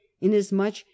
inasmuch